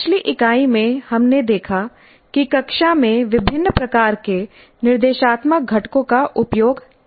पिछली इकाई में हमने देखा कि कक्षा में विभिन्न प्रकार के निर्देशात्मक घटकों का उपयोग कैसे किया जाता है